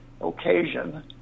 occasion